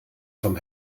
vom